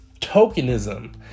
tokenism